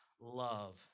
love